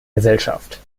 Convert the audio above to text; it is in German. gesellschaft